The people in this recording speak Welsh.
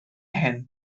hyn